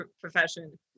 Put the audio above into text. profession